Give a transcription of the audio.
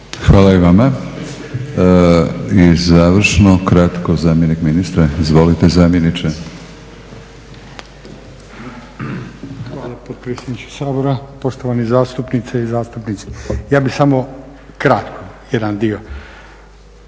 Hvala i vama. I završno kratko zamjenik ministra. Izvolite zamjeniče. **Tonković, Evelin** Hvala potpredsjedniče Sabora. Poštovane zastupnice i zastupnici. Ja bih samo kratko jedan dio.